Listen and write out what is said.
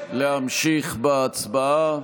להמשיך בהצבעה.